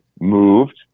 moved